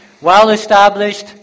well-established